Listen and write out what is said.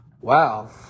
Wow